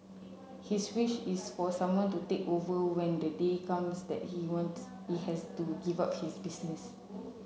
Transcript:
his wish is for someone to take over when the day comes that he wants he has to give up his business